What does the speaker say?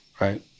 Right